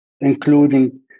including